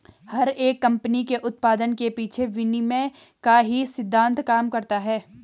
हर एक कम्पनी के उत्पाद के पीछे विनिमय का ही सिद्धान्त काम करता है